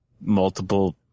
multiple